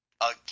Again